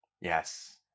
yes